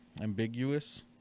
ambiguous